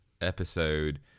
episode